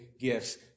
gifts